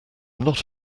not